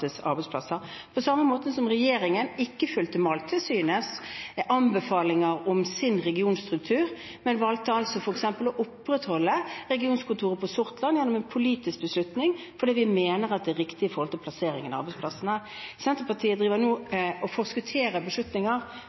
arbeidsplasser – på samme måte som regjeringen ikke fulgte Mattilsynets anbefalinger om regionstruktur, men valgte f.eks. å opprettholde regionkontoret på Sortland, gjennom en politisk beslutning, fordi vi mener at det er riktig plassering av arbeidsplassene. Senterpartiet driver nå og forskutterer beslutninger